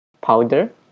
powder